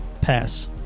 Pass